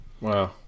Wow